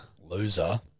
Loser